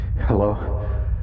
hello